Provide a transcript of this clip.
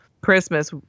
Christmas